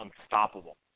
unstoppable